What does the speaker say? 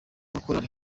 makorali